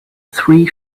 three